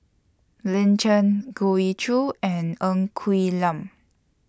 Lin Chen Goh Ee Choo and Ng Quee Lam